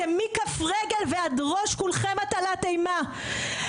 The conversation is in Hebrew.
אתם מכף רגל ועד ראש כולכם הטלת אימה,